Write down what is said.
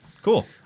Cool